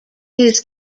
his